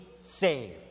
saved